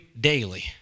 daily